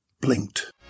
blinked